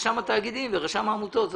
רשם התאגידים ורשם העמותות.